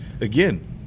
again